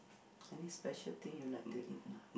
any special thing you like to eat